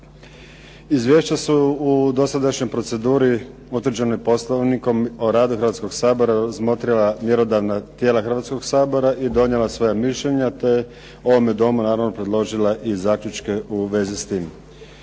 Izvješće su u dosadašnjoj proceduri određeni Poslovnikom o radu Hrvatskoga sabora razmotrila mjerodavna tijela Hrvatskoga sabora i donijela svoja mišljenja te ovome domu naravno predložila i zaključke u vezi s tim.